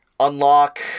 unlock